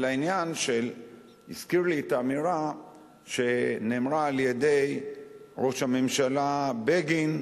על העניין שהזכיר לי את האמירה שנאמרה על-ידי ראש הממשלה בגין,